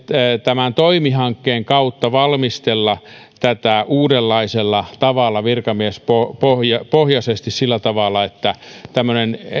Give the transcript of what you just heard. tämän toimi hankkeen kautta valmistella tätä uudenlaisella tavalla virkamiespohjaisesti sillä tavalla että tämmöinen